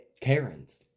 Karens